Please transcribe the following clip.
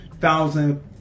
thousand